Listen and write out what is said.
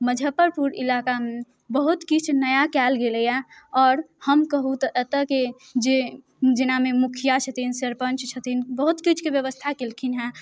मुजफ्फरपुर इलाकामे बहुत किछु नया कयल गेलैये आओर हम कहुँ तऽ अतऽके जे जेनामे मुखिया छथिन सरपञ्च छथिन बहुत किछुके व्यवस्था केलखिन हँ